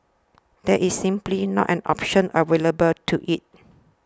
that is simply not an option available to it